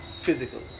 physical